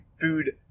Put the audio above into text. food